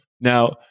Now